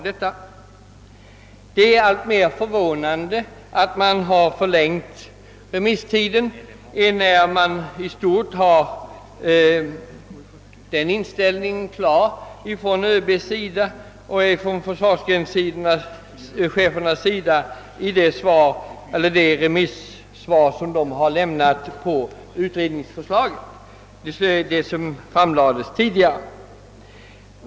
Det förvånar mer och mer att remisstiden förlängts, eftersom ÖB och försvarsgrenscheferna i stort sett redan har inställningen klar i det remissvar som de lämnat på det tidigare framlagda utredningsförslaget.